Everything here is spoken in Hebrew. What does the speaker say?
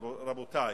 רבותי,